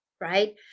right